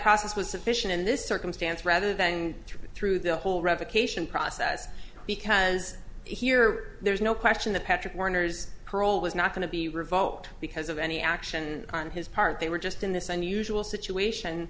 process was sufficient in this circumstance rather than through the whole revocation process because here there's no question that patrick warner's parole was not going to be revoked because of any action on his part they were just in this unusual situation